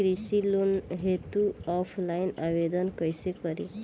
कृषि लोन हेतू ऑफलाइन आवेदन कइसे करि?